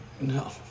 No